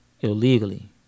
illegally